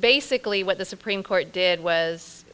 basically what the supreme court did was